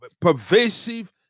pervasive